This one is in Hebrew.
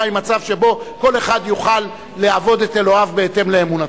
מצב שבו כל אחד יוכל לעבוד את אלוהיו בהתאם לאמונתו.